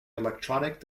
electronic